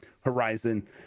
horizon